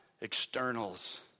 externals